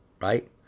right